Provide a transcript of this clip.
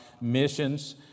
missions